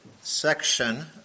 section